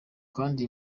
kandi